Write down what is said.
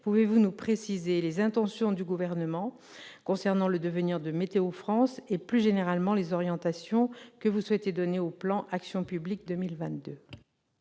pouvez-vous nous préciser les intentions du Gouvernement concernant le devenir de Météo-France et, plus généralement, les orientations qu'il souhaite donner au plan Action publique 2022 ?